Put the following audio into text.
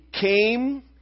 came